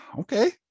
okay